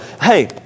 hey